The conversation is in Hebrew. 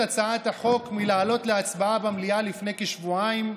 הצעת החוק מלעלות להצבעה במליאה לפני כשבועיים,